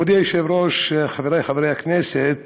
מכובדי היושב-ראש, חבריי חברי הכנסת,